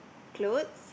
clothes